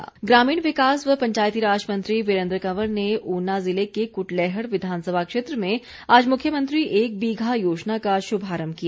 वीरेन्द्र कंवर ग्रामीण विकास व पंचायतीराज मंत्री वीरेन्द्र कंवर ने ऊना ज़िले के कुटलैहड़ विधानसभा क्षेत्र में आज मुख्यमंत्री एक बीघा योजना का शुभारंभ किया